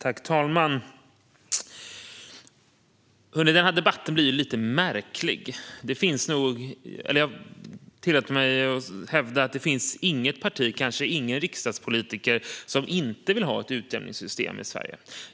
Fru talman! Denna debatt blir lite märklig. Jag tillåter mig att hävda att det inte finns något parti - och kanske ingen riksdagspolitiker - som inte vill ha ett utjämningssystem i Sverige.